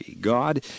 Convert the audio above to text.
God